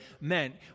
meant